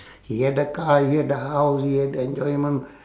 he have the car he have the house he have the enjoyment